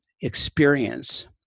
experience